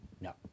No